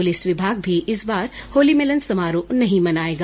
police विभाग भी इस बार होली मिलन समारोह नहीं मनाएगा